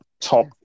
top